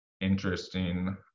interesting